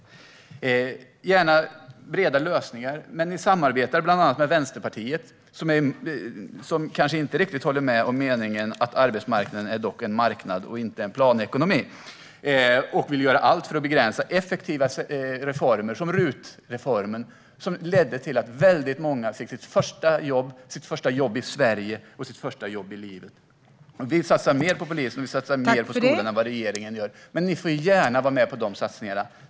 Ni vill gärna ha breda lösningar, men ni samarbetar bland annat med Vänsterpartiet som kanske inte riktigt håller med om att arbetsmarknaden är en marknad och inte en planekonomi. Vänsterpartiet vill göra allt för att begränsa sådana effektiva reformer som RUT-reformen. Den ledde till att väldigt många fick sitt första jobb i Sverige och sitt första jobb i livet. Vi vill satsa mer på detta och mer på skolan än vad regeringen gör. Men ni får gärna vara med på dessa satsningar.